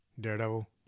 Daredevil